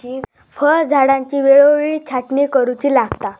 फळझाडांची वेळोवेळी छाटणी करुची लागता